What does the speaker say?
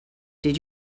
did